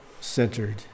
centered